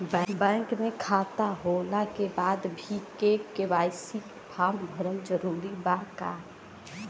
Bank में खाता होला के बाद भी के.वाइ.सी फार्म भरल जरूरी बा का?